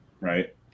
right